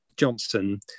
Johnson